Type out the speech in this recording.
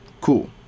Cool